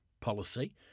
policy